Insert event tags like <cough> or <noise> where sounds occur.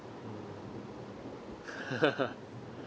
<laughs>